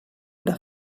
però